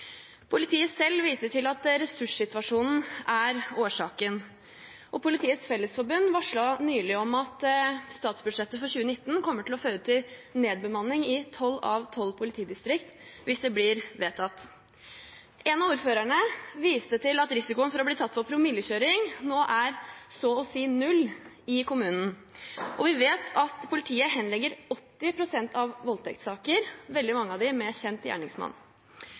Politiet selv viser til at ressurssituasjonen er årsaken, og Politiets Fellesforbund varslet nylig om at statsbudsjettet for 2019 kommer til å føre til nedbemanning i tolv av tolv politidistrikt hvis det blir vedtatt. En av ordførerne viste til at risikoen for å bli tatt for promillekjøring nå er så å si null i kommunen, og vi vet at politiet henlegger 80 pst. av voldtektssakene, veldig mange av dem med kjent gjerningsmann.